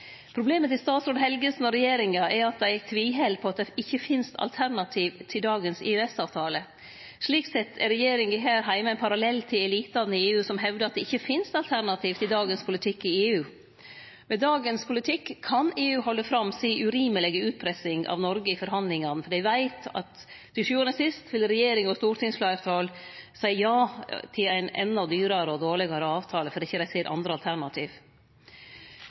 Problemet til statsråd Helgesen og regjeringa er at dei tviheld på at det ikkje finst alternativ til dagens EØS-avtale. Slik sett er regjeringa her heime ein parallell til elitane i EU, som hevdar at det ikkje finst alternativ til dagens politikk i EU. Med dagens politikk kan EU halde fram si urimelege utpressing av Noreg i forhandlingane, for dei veit at til sjuande og sist vil regjeringa og stortingsfleirtalet seie ja til ein enda dyrare og dårlegare avtale, fordi dei ikkje ser andre alternativ.